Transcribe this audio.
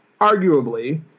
arguably